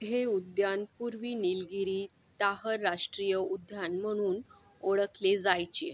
हे उद्यान पूर्वी नीलगिरी ताहर राष्ट्रीय उद्यान म्हणून ओळखले जायचे